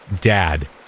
Dad